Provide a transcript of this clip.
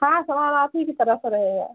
हाँ समान आप ही के तरफ से रहेगा